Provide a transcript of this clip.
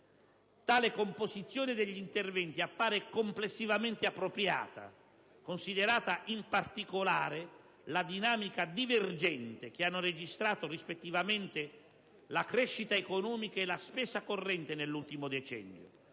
Tale composizione degli interventi appare complessivamente appropriata, considerata in particolare la dinamica divergente che hanno registrato rispettivamente la crescita economica e la spesa corrente nell'ultimo decennio